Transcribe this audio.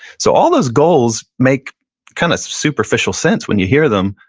so all those goals make kind of superficial sense when you hear them,